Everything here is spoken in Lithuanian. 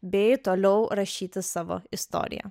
bei toliau rašyti savo istoriją